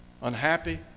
unhappy